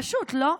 פשוט, לא?